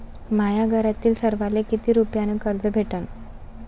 माह्या घरातील सर्वाले किती रुप्यान कर्ज भेटन?